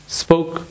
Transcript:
spoke